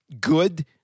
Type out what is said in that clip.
good